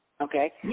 Okay